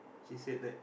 she said like